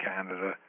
Canada